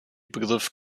begriff